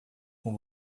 com